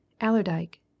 Allerdyke